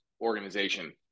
organization